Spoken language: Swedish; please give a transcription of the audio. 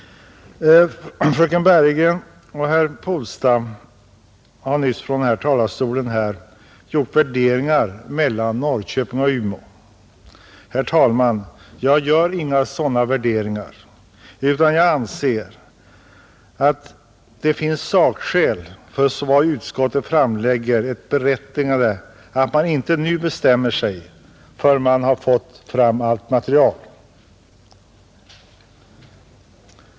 Fröken Bergegren och herr Polstam har nyss från denna talarstol gjort jämförande värderingar mellan Norrköping och Umeå. Herr talman! Jag gör inga sådana värderingar, utan jag anser att de sakskäl som utskottet framlägger är berättigade och att man inte bör bestämma sig förrän man fått fram allt material.